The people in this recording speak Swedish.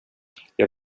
jag